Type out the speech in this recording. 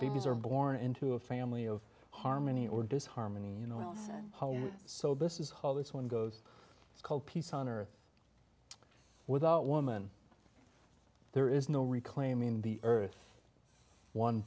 babies are born into a family of harmony or disharmony you know alison so this is whole this one goes it's called peace on earth without woman there is no reclaiming the earth one